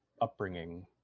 upbringing